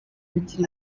bigira